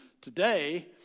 today